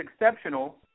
exceptional